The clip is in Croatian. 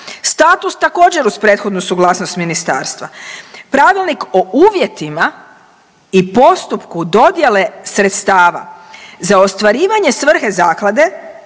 Statut također uz prethodnu suglasnost ministarstva. Pravilnik o uvjetima i postupku dodjele sredstava za ostvarivanje svrhe zaklade